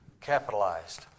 capitalized